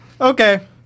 Okay